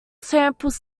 samples